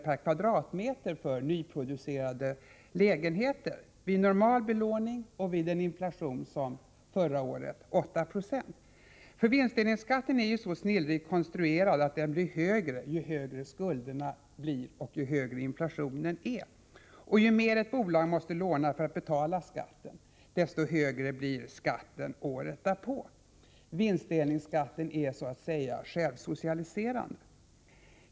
per kvadratmeter för nyproducerade lägenheter vid normal belåning och vid en inflation på 8 96, som förra året. Vinstdelningsskatten är så snillrikt konstruerad att den blir högre ju högre skulderna blir och ju högre inflationen är. Ju mer ett bolag måste låna för att betala skatten, desto högre blir skatten året därpå. Vinstdelningsskatten är så att säga självsocialiserande.